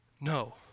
No